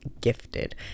gifted